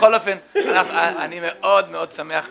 בכל אופן אני מאוד מאוד שמח שנאבקת.